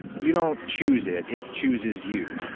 you don't choose it. it chooses you,